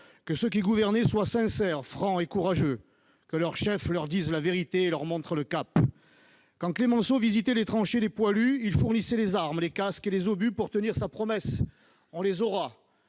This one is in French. que ceux qui gouvernent soient sincères, francs et courageux, que leur chef leur dise la vérité et leur montre le cap. Quand Clemenceau visitait les tranchées des poilus, il fournissait les armes, les casques et les obus pour tenir sa promesse :« On les aura